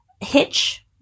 Hitch